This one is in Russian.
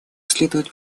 следует